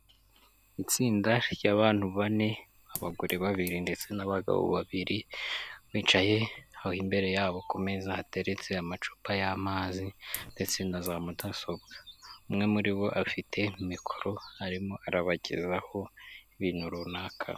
Itsinda ry'abantu bane, abagore babiri ndetse n'abagabo babiri bicaye aho imbere yabo ku meza hateretse amacupa y'amazi ndetse na za mudasobwa, umwe muri bo afite mikoro arimo arabagezaho ibintu runaka.